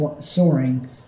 soaring